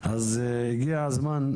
משרד הפנים,